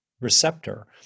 receptor